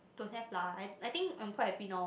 don't have lah I I think I'm quite happy now